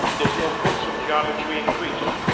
there's no books of geometry in greece,